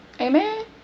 Amen